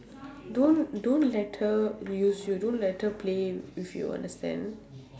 don't don't let her use you don't let her play with you understand